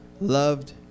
loved